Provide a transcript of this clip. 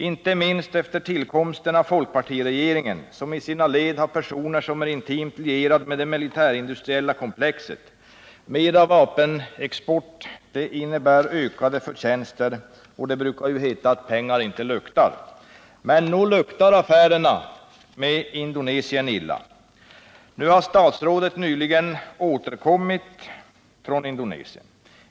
Inte minst efter tillkomsten av folkpartiregeringen, som i sina led har personer som är intimt lierade med det militärindustriella komplexet. Mera vapenexport innebär ökade förtjänster. Det brukar heta att pengar inte luktar, men nog luktar affärerna med Indonesien illa. Statsrådet har nyligen återkommit från Indonesien.